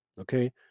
okay